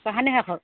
চোৱাখিনি শেষ হ'ল